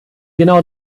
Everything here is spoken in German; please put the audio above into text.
genau